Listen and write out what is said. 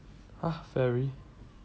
!huh! fairy